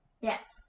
Yes